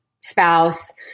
spouse